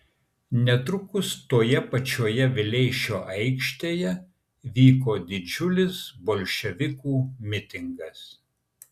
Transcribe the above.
netrukus toje pačioje vileišio aikštėje vyko didžiulis bolševikų mitingas